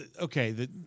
okay